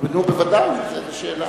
נו בוודאי, איזה שאלה.